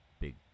big